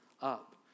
up